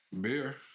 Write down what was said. Beer